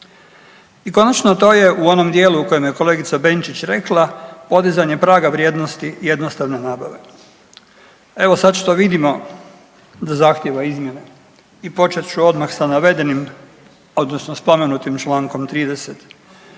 I konačno to je u onom dijelu u kojem je kolegica Benčić rekla podizanje praga vrijednosti jednostavne nabave, evo sad što vidimo da zahtjeva izmjene i počet ću odmah sa navedenim odnosno spomenutim čl. 30.